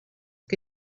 que